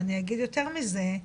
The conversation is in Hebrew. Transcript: ואני אגיד יותר מזה,